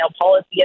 policy